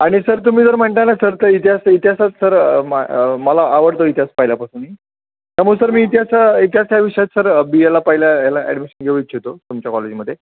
आणि सर तुम्ही जर म्हणताय ना सर तर इतिहास तर इतिहासात सर मा मग मला आवडतो इतिहास पाहिल्यापासूनही तर म्हणून तर मी इतिहास इतिहास ह्या विषयात सर बी एला पाहिल्या याला ॲडमिशन घेऊ इच्छितो तुमच्या कॉलेजमध्ये